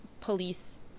police